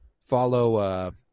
follow